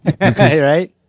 right